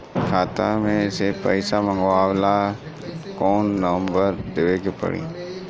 खाता मे से पईसा मँगवावे ला कौन नंबर देवे के पड़ी?